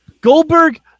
Goldberg